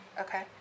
Okay